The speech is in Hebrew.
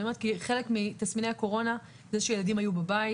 אני אומרת כי חלק מתסמיני הקורונה זה שילדים היו בבית.